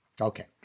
Okay